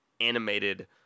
animated